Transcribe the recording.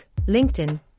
LinkedIn